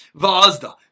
Vazda